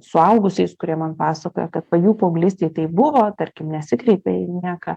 suaugusiais kurie man pasakoja kad jų paauglystėje tai buvo tarkim nesikreipė į nieką